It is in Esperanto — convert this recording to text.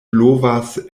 blovas